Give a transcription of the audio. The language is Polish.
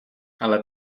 ale